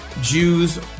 Jews